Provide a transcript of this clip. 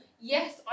Yes